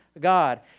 God